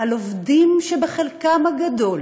על עובדים, שבחלקם הגדול